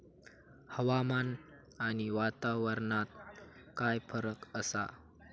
हवामान आणि वातावरणात काय फरक असा?